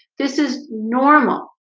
this is normal